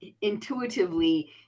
intuitively